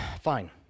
Fine